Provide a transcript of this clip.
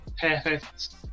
perfect